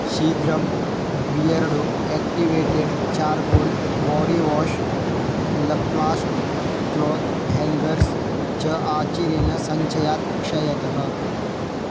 शीघ्रं Beardo activated charcoal body wash लप्लास्ट् cloth hangers च अचिरेण सञ्चयात् क्षयतः